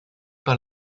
par